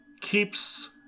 keeps